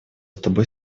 тобой